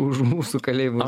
už mūsų kalėjimą